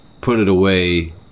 put-it-away